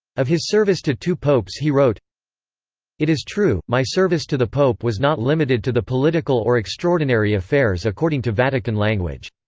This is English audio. of his service to two popes he wrote it is true, my service to the pope was not limited to the political or extraordinary affairs according to vatican language.